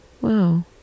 Wow